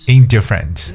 Indifferent